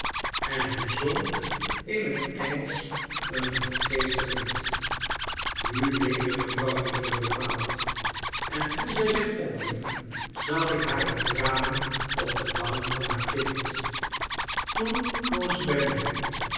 en hij zong in het engelsch een droefgeestig lied nu weende mevrouw milligan bepaald en toen zij zich ophief zag ik hare tranen op de wangen van haar kind toen kwam ze bij mij